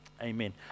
Amen